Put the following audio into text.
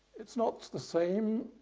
it's not the same,